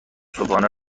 صبحانه